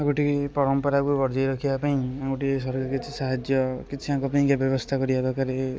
ଗୋଟିଏ ପରମ୍ପରାକୁ ବଜେଇ ରଖିବାପାଇଁ ଆଙ୍କୁ ଟିକିଏ ସରକାର କିଛି ସାହାଯ୍ୟ କିଛି ଆଙ୍କ ପାଇଁକା ବ୍ୟବସ୍ଥା କରିବା ଦରକାର